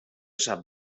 sap